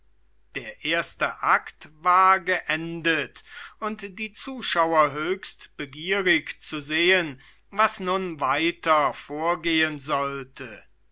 der erste akt war geendet und die zuschauer höchst begierig zu sehen was nun weiter vorgehen sollte